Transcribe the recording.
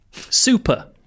Super